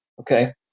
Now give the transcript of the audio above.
Okay